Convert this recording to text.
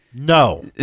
No